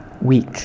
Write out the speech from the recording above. week